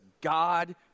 God